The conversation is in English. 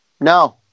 No